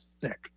sick